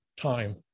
time